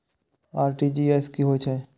RTGS की होय छै